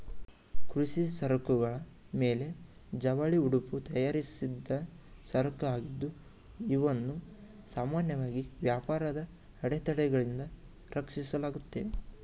ಕೃಷಿ ಸರಕುಗಳ ಮೇಲೆ ಜವಳಿ ಉಡುಪು ತಯಾರಿಸಿದ್ದ ಸರಕುಆಗಿದ್ದು ಇವನ್ನು ಸಾಮಾನ್ಯವಾಗಿ ವ್ಯಾಪಾರದ ಅಡೆತಡೆಗಳಿಂದ ರಕ್ಷಿಸಲಾಗುತ್ತೆ